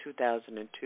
2002